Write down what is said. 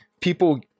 people